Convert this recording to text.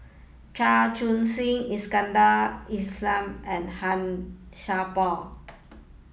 Chua Soo Khim Iskandar Ismail and Han Sai Por